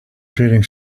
trading